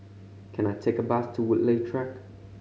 can I take a bus to Woodleigh Track